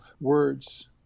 words